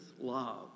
love